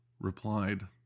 replied